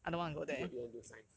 you you got you want do science